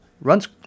Runs